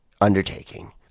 undertaking